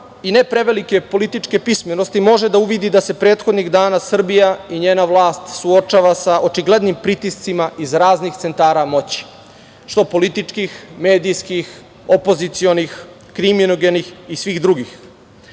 i ne prevelike političke pismenosti može da uvidi da se prethodnih dana Srbija i njena vlast suočava sa očiglednim pritiscima iz raznih centara moći, što političkih, medijskih, opozicionih, kriminogenih i svih drugih.